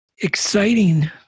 exciting